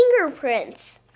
fingerprints